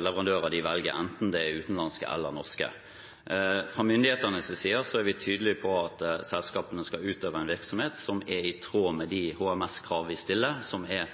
leverandører de velger, enten det er utenlandske eller norske. Fra myndighetenes side er vi tydelige på at selskapene skal utøve en virksomhet som er i tråd med de HMS-krav vi stiller – som er